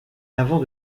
avant